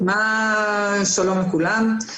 שלום לכולם.